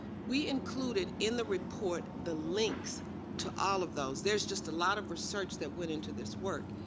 we included in the report the links to all of those. there's just a lot of research that went into this work.